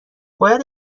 باید